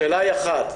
השאלה היא אחת,